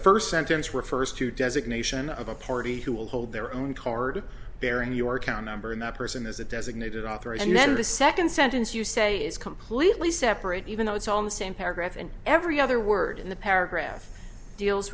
first sentence refers to designation of a party who will hold their own card bearing your account number and that person is a designated author and then the second sentence you say is completely separate even though it's all in the same paragraph and every other word in the paragraph deals